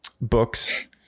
books